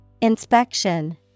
Inspection